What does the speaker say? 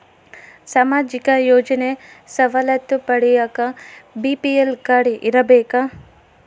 ಸಾಮಾಜಿಕ ಯೋಜನೆ ಸವಲತ್ತು ಪಡಿಯಾಕ ಬಿ.ಪಿ.ಎಲ್ ಕಾಡ್೯ ಇರಬೇಕಾ?